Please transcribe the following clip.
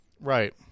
right